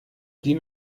die